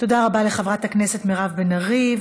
תודה רבה לחברת הכנסת מירב בן ארי.